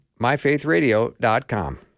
myfaithradio.com